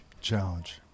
Challenge